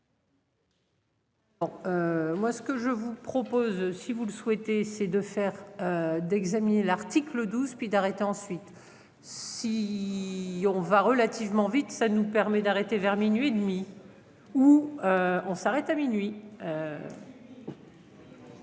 Moi ce que je vous propose si vous le souhaitez, c'est de faire. D'examiner l'article 12 puis d'arrêter ensuite si. On va relativement vite, ça nous permet d'arrêter vers minuit et demi. Ou. On s'arrête à minuit.